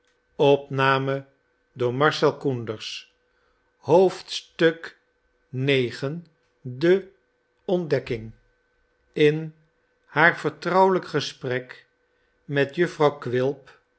de ontdekking in haar vertrouwelijk gesprek met jufvrouw quilp